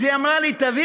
אז היא אמרה לי: תביא